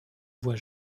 voie